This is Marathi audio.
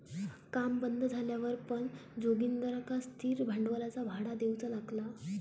काम बंद झाल्यावर पण जोगिंदरका स्थिर भांडवलाचा भाडा देऊचा लागला